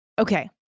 Okay